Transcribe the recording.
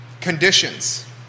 conditions